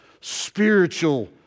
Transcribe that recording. spiritual